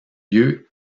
lieu